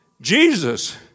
Jesus